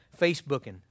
Facebooking